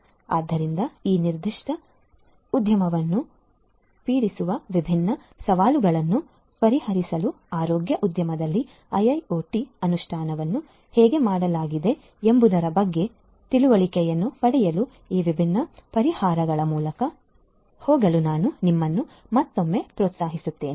ಆದ್ದರಿಂದ ಈ ನಿರ್ದಿಷ್ಟ ಉದ್ಯಮವನ್ನು ಪೀಡಿಸುವ ವಿಭಿನ್ನ ಸವಾಲುಗಳನ್ನು ಪರಿಹರಿಸಲು ಆರೋಗ್ಯ ಉದ್ಯಮದಲ್ಲಿ ಐಐಒಟಿ ಅನುಷ್ಠಾನವನ್ನು ಹೇಗೆ ಮಾಡಲಾಗಿದೆ ಎಂಬುದರ ಬಗ್ಗೆ ತಿಳುವಳಿಕೆಯನ್ನು ಪಡೆಯಲು ಈ ವಿಭಿನ್ನ ಪರಿಹಾರಗಳ ಮೂಲಕ ಹೋಗಲು ನಾನು ನಿಮ್ಮನ್ನು ಮತ್ತೊಮ್ಮೆ ಪ್ರೋತ್ಸಾಹಿಸುತ್ತೇನೆ